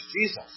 Jesus